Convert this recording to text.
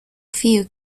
few